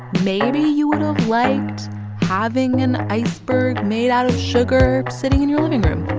maybe you would've liked having an iceberg made out of sugar sitting in your living room.